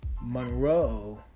Monroe